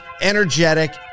energetic